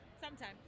sometime